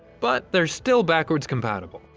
but they're still backwards compatible.